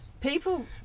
people